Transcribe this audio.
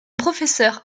professeurs